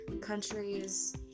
countries